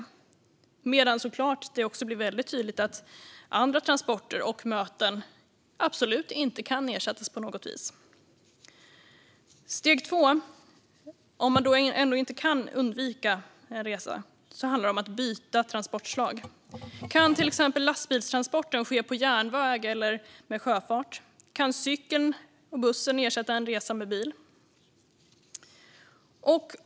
Samtidigt blir det såklart väldigt tydligt att andra transporter och möten absolut inte kan ersättas. Steg två är att, om man ändå inte kan undvika en resa, byta transportslag. Kan till exempel lastbilstransporten ske på järnväg eller med sjöfart? Kan cykeln och bussen ersätta en resa med bil?